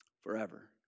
forever